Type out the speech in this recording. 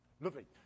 Lovely